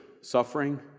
suffering